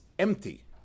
empty